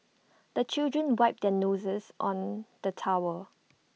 the children wipe their noses on the towel